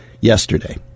yesterday